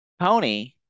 Pony